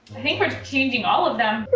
i think we're changing all of them.